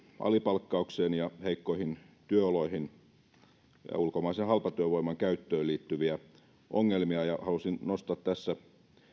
alipalkkaukseen heikkoihin työoloihin ja ulkomaisen halpatyövoiman käyttöön liittyviä ongelmia ja halusin nostaa tässä